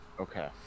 Okay